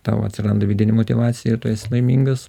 tau atsiranda vidinė motyvacija ir tu esi laimingas